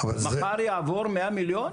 מחר יעבור מאה מיליון?